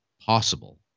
possible